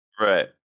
Right